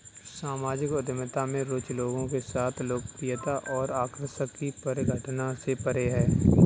सामाजिक उद्यमिता में रुचि लोगों के साथ लोकप्रियता और आकर्षण की परिघटना से परे है